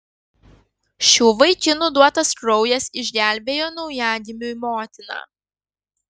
šių vaikinų duotas kraujas išgelbėjo naujagimiui motiną